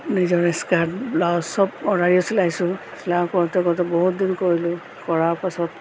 নিজৰ skirt blouse চব চিলাইছোঁ চিলাই কৰোঁতে কৰোঁতে বহুত দিন কৰিলো কৰা পাছত